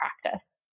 practice